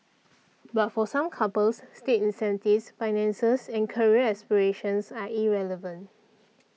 but for some couples state incentives finances and career aspirations are irrelevant